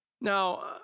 Now